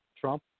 Trump